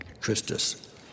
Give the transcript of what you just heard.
Christus